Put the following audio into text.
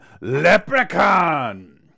Leprechaun